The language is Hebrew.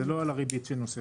זה לא על הריבית שנוספת.